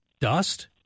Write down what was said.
dust